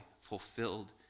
fulfilled